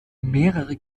mehrere